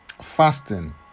fasting